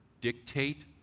dictate